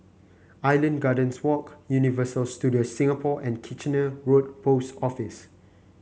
Island Gardens Walk Universal Studios Singapore and Kitchener Road Post Office